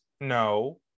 No